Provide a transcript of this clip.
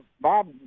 Bob